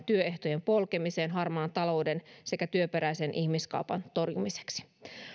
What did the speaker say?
työehtojen polkemiseen harmaan talouden sekä työperäisen ihmiskaupan torjumiseksi